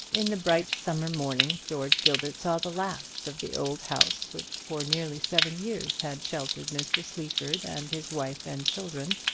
in the bright summer morning, george gilbert saw the last of the old house which for nearly seven years had sheltered mr. sleaford and his wife and children,